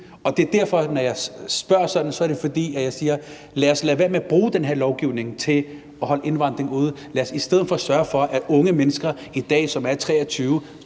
indvandring ude. Når jeg spørger sådan, er det, fordi jeg vil sige: Lad os lade være med at bruge den her lovgivning til at holde indvandring ude. Lad os i stedet for sørge for, at unge mennesker i dag, som er 23